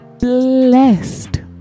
blessed